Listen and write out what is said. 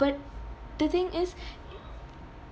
but the thing is